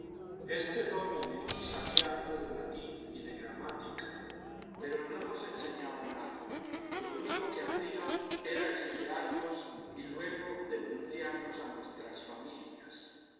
este dómine sabía algo de latín y de gramática pero no nos enseñaba nada lo único que hacía era espiarnos y luego denunciarnos a nuestras familias